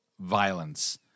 violence